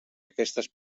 aquestes